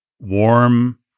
warm